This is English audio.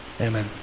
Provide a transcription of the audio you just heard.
Amen